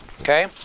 Okay